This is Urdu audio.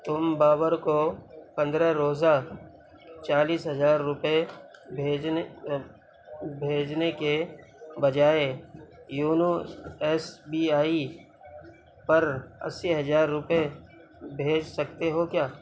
تم بابر کو پندرہ روزہ چالیس ہزار روپے بھیجنے بھیجنے کے بجائے یونو ایس بی آئی پر اسی ہزار روپے بھیج سکتے ہو کیا